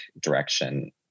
direction